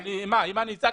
אם אני אצעק,